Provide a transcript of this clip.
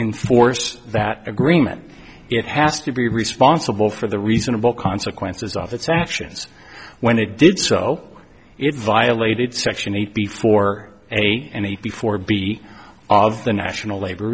enforce that agreement it has to be responsible for the reasonable consequences of its actions when it did so it violated section eight before any any before b of the national labor